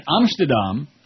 Amsterdam